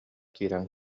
киирэн